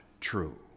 true